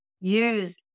use